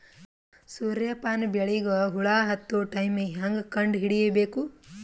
ಸೂರ್ಯ ಪಾನ ಬೆಳಿಗ ಹುಳ ಹತ್ತೊ ಟೈಮ ಹೇಂಗ ಕಂಡ ಹಿಡಿಯಬೇಕು?